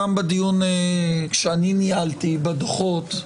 גם בדיון כשאני ניהלתי, בדוחות,